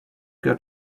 got